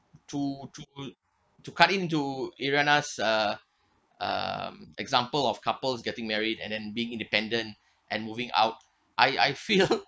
through through to cut into even us uh uh example of couples getting married and then being independent and moving out I I feel